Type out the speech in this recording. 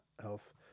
Health